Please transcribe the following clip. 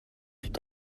fut